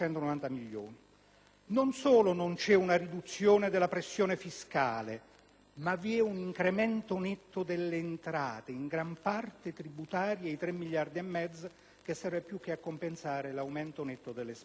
Non solo non c'è una riduzione della pressione fiscale, ma vi è un incremento netto delle entrate, in gran parte tributarie, di 3 miliardi e mezzo che serve più che a compensare l'aumento netto delle spese.